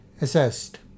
assessed